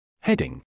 Heading